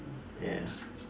yeah